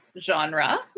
genre